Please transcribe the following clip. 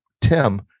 Tim